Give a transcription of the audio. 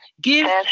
Give